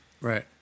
right